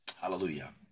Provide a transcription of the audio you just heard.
Hallelujah